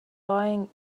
lying